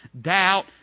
doubt